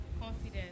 Confidence